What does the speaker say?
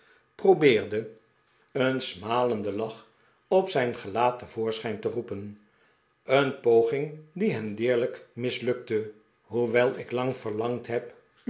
probeerde een smalenden lach op zijn gelaat te voorschijn te roepen een poging die hem deerlijk mislukte hoewel ik lang verlangd heb